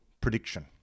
prediction